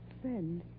friend